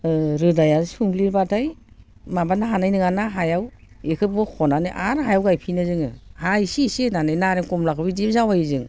रोदाया सुंग्लिबाथाय माबानो हानाय नङाना हायाव बेखौ बख'नानै आरो हायाव गायफिनो जोङो हा इसे इसे होनानै नारें खमलाखौबो बिदिनो जावायो जों